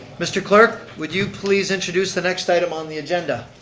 mr. clerk, would you please introduce the next item on the agenda?